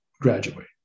graduate